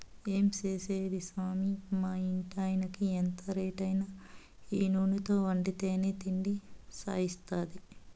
ఏం చేసేది సామీ మా ఇంటాయినకి ఎంత రేటైనా ఈ నూనెతో వండితేనే తిండి సయిత్తాది